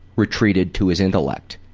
retreated to his intellect,